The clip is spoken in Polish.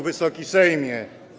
Wysoki Sejmie!